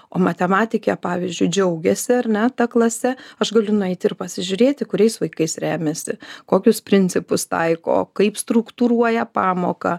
o matematikė pavyzdžiui džiaugiasi ar ne ta klase aš galiu nueiti ir pasižiūrėti kuriais vaikais remiasi kokius principus taiko kaip struktūruoja pamoką